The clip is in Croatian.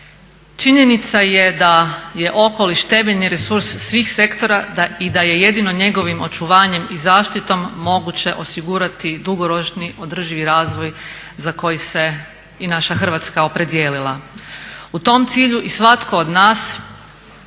Činjenica je da je okoliš temeljni resurs svih sektora i da je jedino njegovim očuvanjem i zaštitom moguće osigurati dugoročni održivi razvoj za koji se i naša Hrvatska opredijelila. U tom cilju i svatko od nas